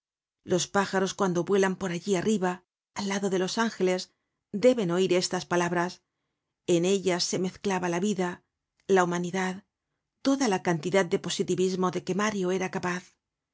los pájaros cuando vuelan por allí arriba al lado de los ángeles deben deoir estas palabras en ellas se mezclabala vida la humanidad toda la cantidad de positivismo de que mario era capaz